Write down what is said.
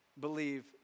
believe